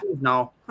No